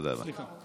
תודה רבה.